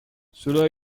cela